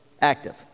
active